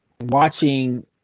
watching